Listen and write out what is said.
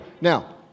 Now